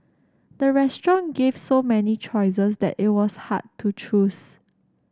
the restaurant gave so many choices that it was hard to choose